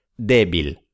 débil